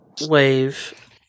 wave